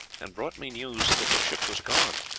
and brought me news that the ship was gone.